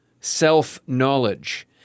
Self-knowledge